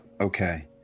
okay